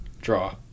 Draw